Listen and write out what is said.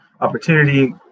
opportunity